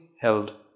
held